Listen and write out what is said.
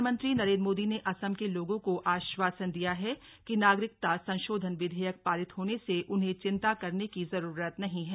प्रधानमंत्री नरेंद्र मोदी ने असम के लोगों को आश्वासन दिया है कि नागरिकता संशोधन विधेयक पारित होने से उन्हें चिंता करने की जरूरत नहीं है